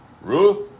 Ruth